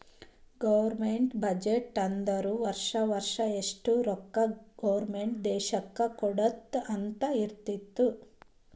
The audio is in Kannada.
ಗೌರ್ಮೆಂಟ್ ಬಜೆಟ್ ಅಂದುರ್ ವರ್ಷಾ ವರ್ಷಾ ಎಷ್ಟ ರೊಕ್ಕಾ ಗೌರ್ಮೆಂಟ್ ದೇಶ್ಕ್ ಕೊಡ್ತುದ್ ಅಂತ್ ಇರ್ತುದ್